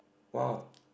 !wow!